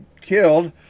killed